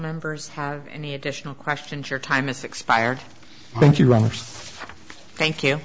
members have any additional questions your time is expired thank you